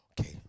Okay